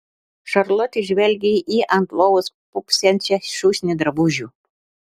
šarlotė žvelgė į ant lovos pūpsančią šūsnį drabužių